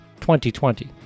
2020